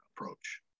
approach